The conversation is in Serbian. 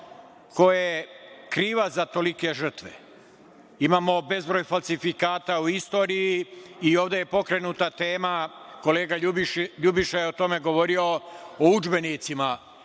ko je krivac za tolike žrtve. Imamo bezbroj falsifikata u istoriji i ovde je pokrenuta tema, kolega Ljubiša je o tome govorio, o udžbenicima,